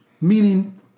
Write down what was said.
meaning